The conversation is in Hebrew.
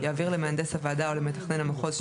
יעביר למהנדס הוועדה או למתכנן המחוז,